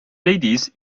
ladies